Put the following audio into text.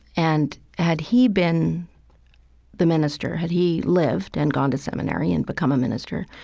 and had he been the minister had he lived and gone to seminary and become a minister,